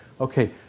Okay